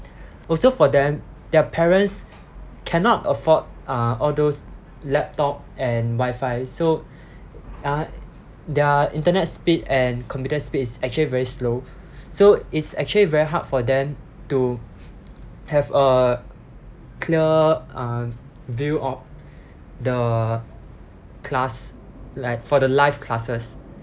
also for them their parents cannot afford uh all those laptop and wifi so uh their internet speed and computer speed is actually very slow so it's actually very hard for them to have a clear uh view of the class like for the live classes